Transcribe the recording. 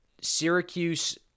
Syracuse